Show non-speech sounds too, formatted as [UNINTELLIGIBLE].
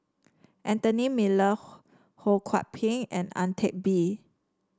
Anthony Miller [UNINTELLIGIBLE] Ho Kwon Ping and Ang Teck Bee